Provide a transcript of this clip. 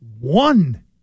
one